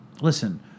listen